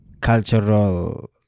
cultural